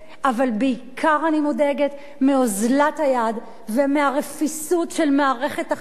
אבל בעיקר אני מודאגת מאוזלת היד ומהרפיסות של מערכת אכיפת החוק,